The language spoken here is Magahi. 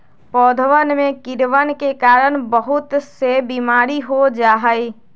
पौधवन में कीड़वन के कारण बहुत से बीमारी हो जाहई